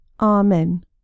Amen